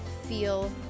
feel